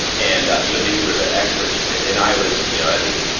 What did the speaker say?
and you know these were the experts and and i was you know i think.